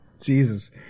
Jesus